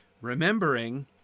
remembering